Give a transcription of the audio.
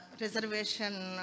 Reservation